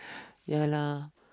ya lah